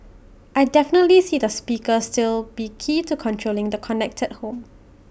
I definitely see the speaker still be key to controlling the connected home